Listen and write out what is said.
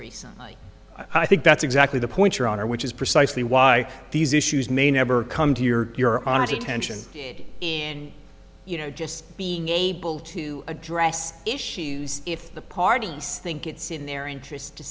recently i think that's exactly the point your honor which is precisely why these issues may never come to your your honesty tensions in you know just being able to address issues if the parties think it's in their interests to